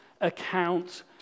account